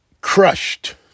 crushed